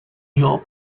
job